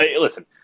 listen